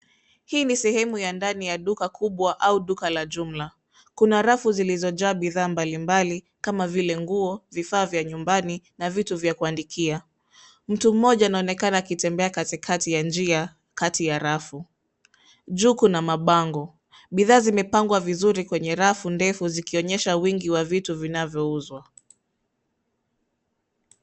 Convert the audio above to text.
Hii ni sehemu ya ndani ya duka kubwa au duka la jumla. Kuna rafu zilizojaa bidhaa mbalimbali kama vile nguo, vifaa vya nyumbani na vitu vya kuandikia. Mtu mmoja anaonekana akitembea katikati ya njia kati ya rafu. Juu kuna mabango. Bidhaa zimepangwa vizuri kwenye rafu ndefu zikionyesha wingi wa vitu vinavyouzwa.